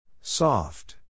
Soft